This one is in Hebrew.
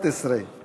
דווקא